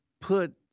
put